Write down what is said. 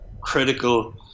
critical